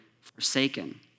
forsaken